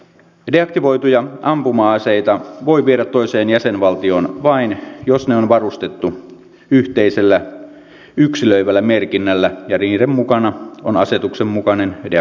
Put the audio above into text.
deaktivoituja ampuma aseita voi viedä toiseen jäsenvaltioon vain jos ne on varustettu yhteisellä yksilöivällä merkinnällä ja niiden mukana on asetuksen mukainen deaktivointitodistus